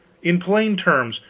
in plain terms,